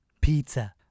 Pizza